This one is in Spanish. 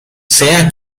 sea